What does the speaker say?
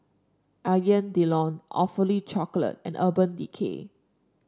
Alain Delon Awfully Chocolate and Urban Decay